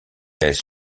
elles